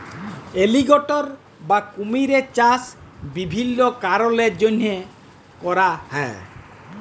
alligator বা কুমিরের চাষ বিভিল্ল্য কারলের জ্যনহে ক্যরা হ্যয়